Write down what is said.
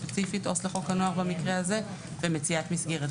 ומציאת מסגרת.